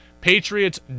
Patriots